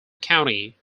county